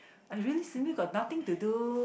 I really simply got nothing to do